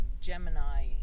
Gemini